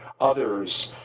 others